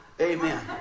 Amen